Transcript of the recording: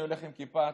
אני הולך עם כיפה,